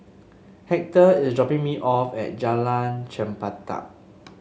Hector is dropping me off at Jalan Chempedak